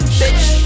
bitch